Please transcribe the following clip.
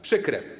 Przykre.